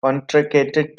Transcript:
contracted